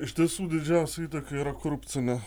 iš tiesų didžiausia įtaka yra korupcinė